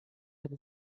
with